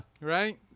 Right